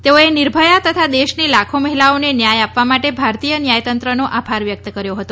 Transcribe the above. તેઓએ નિર્ભયા તથા દેશની લાખો મહિલાઓને ન્યાય આપવા માટે ભારતીય ન્યાયતંત્રનો આભાર વ્યક્ત કર્યો હતો